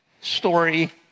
story